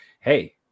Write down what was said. Hey